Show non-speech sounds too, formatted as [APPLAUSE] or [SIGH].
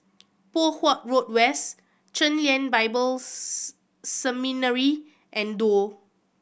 Poh Huat Road West Chen Lien Bible [UNINTELLIGIBLE] Seminary and Duo